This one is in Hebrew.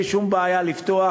אין לי שום בעיה לפתוח,